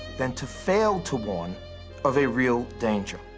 than to fail to warn of a real danger.